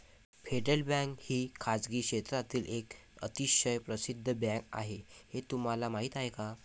Federal Bank ही खासगी क्षेत्रातील एक अतिशय प्रसिद्ध बँक आहे हे तुम्हाला माहीत आहे का?